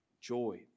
joy